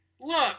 look